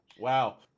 Wow